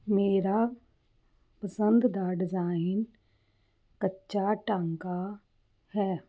ਮੇਰਾ ਪਸੰਦ ਦਾ ਡਿਜ਼ਾਇਨ ਕੱਚਾ ਟਾਂਕਾ ਹੈ